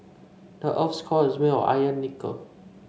the earth's core is made of iron and nickel